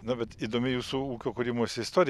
na bet įdomi jūsų ūkio kūrimosi istorija